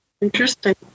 Interesting